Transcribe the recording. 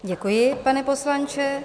Děkuji, pane poslanče.